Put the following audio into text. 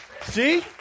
see